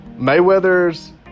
Mayweather's